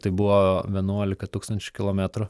tai buvo vienuolika tūkstančių kilometrų